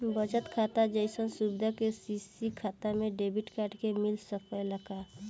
बचत खाता जइसन सुविधा के.सी.सी खाता में डेबिट कार्ड के मिल सकेला का?